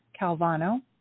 calvano